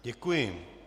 Děkuji.